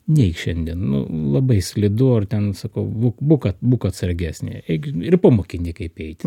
neik šiandien nu labai slidu ar ten sakau būk bukat būk atsargesnė eik ir pamokini kaip eiti